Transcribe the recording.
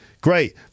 great